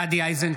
בעד גדי איזנקוט,